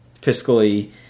fiscally